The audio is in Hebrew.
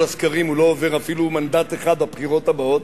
הסקרים הוא לא מקבל אפילו מנדט אחד בבחירות הבאות,